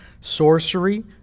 sorcery